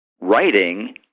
writing